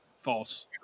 False